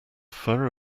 fur